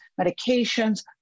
medications